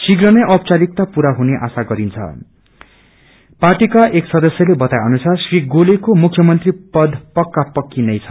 शीघ नै औपचारिकता पूरा हुने आशा गरिन्छ पार्टीका एक सदस्यले बताए अनुसार श्री गोलेको मुख्यमंत्री पद पक्का पक्की नै छ